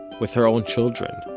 with her own children